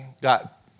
got